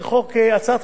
ואני חייב להודות